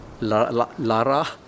Lara